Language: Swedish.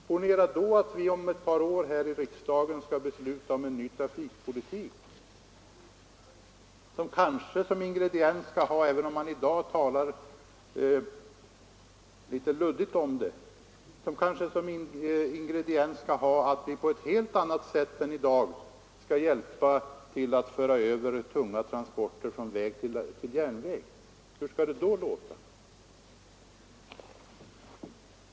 Ponera att vi om ett par år här i riksdagen skall besluta om en ny trafikpolitik, som kanske — även om man i dag talar litet luddigt om det — som en ingrediens skall ha att vi på ett helt annat sätt än i dag skall hjälpa till att föra över tunga transporter från väg till järnväg. Hur skall det då låta?